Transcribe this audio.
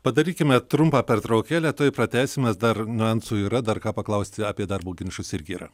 padarykime trumpą pertraukėlę tuoj pratęsim nes dar niuansų yra dar ką paklausti apie darbo ginčus irgi yra